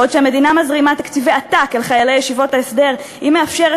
בעוד המדינה מזרימה תקציבי עתק לחיילי ישיבות ההסדר היא מאפשרת